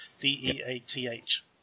D-E-A-T-H